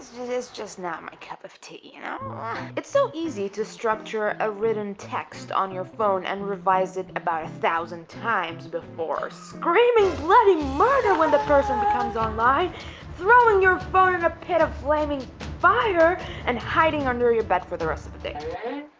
this is just not my cup of tea and um ah it's so easy to structure a written text on your phone and revise it about a thousand times before screaming bloody murder when the person becomes online throwing your phone in a pit of flaming fire and hiding under your bed for the rest of the day